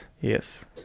Yes